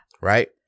right